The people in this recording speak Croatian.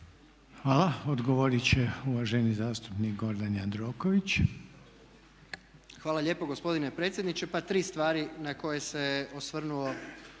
Hvala. Odgovorit će uvaženi zastupnik Gordan Jandroković. **Jandroković, Gordan (HDZ)** Hvala lijepo gospodine predsjedniče. Pa tri stvari na koje se osvrnuo